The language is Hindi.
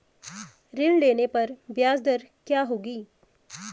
ऋण लेने पर ब्याज दर क्या रहेगी?